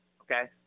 okay